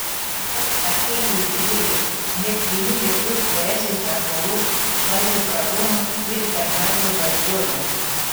antai artėja jubiliejai net dviejų lietuvių poezijos ąžuolų kazio bradūno ir bernardo brazdžionio